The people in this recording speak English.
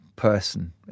person